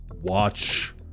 watch